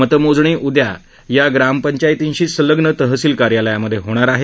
मतमोजणी उद्या या ग्रामपंयतींशी संलग्न तहसील कार्यालयामध्ये होणार आहे